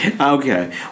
Okay